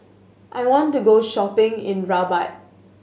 I want to go shopping in Rabat